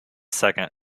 second